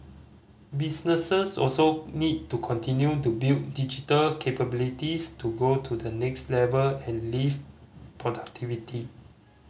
businesses also need to continue to build digital capabilities to go to the next level and lift productivity